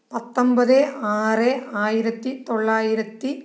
പത്തൊമ്പത് ആറ് ആയിരത്തിത്തൊള്ളായിരത്തി